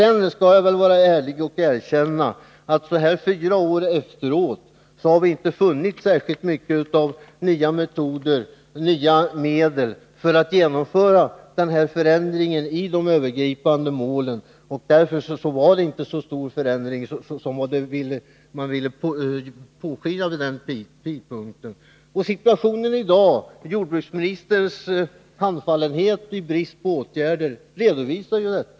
Sedan skall jag vara ärlig och erkänna att vi så här fyra år senare inte har funnit särskilt mycket av nya metoder, nya medel när det gäller att genomföra förändringen i fråga om de övergripande målen. Därför var förändringen inte så stor som man vid den tidpunkten ville påskina. Situationen i dag — jag avser då jordbruksministerns handfallenhet i brist på åtgärder — bekräftar detta.